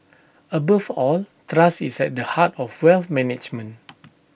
above all trust is at the heart of wealth management